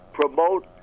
promote